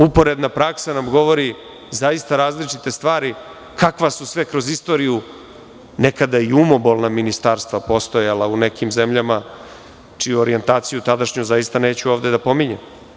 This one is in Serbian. Uporedna praksa nam govori zaista različite stvari kakva su sve kroz istoriju nekada i umobolna ministarstva postojala u nekim zemljama čiju orjentaciju tadašnju zaista neću ovde da pominjem.